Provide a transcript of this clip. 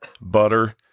butter